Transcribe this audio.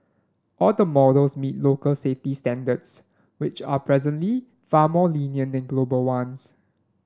all the models meet local safety standards which are presently far more lenient than global ones